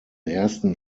ersten